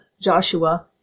Joshua